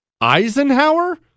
Eisenhower